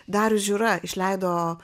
darius žiūra išleido